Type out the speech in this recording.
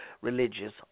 religious